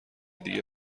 دیگه